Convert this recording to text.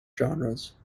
genres